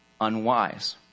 unwise